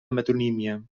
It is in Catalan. metonímia